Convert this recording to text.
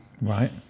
Right